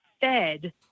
fed